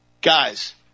Guys